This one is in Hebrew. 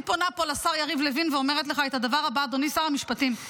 אני פונה לשר יריב לוין ואומרת לך את הדבר הבא: אדוני שר המשפטים,